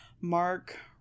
Mark